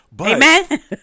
Amen